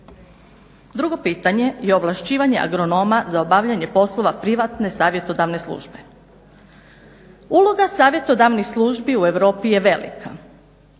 Drugo pitanje je ovlašćivanje agronoma za obavljanje poslova privatne savjetodavne službe. Uloga savjetodavnih služi u Europi je velika.